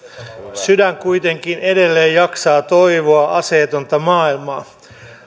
sydän kuitenkin edelleen jaksaa toivoa aseetonta maailmaa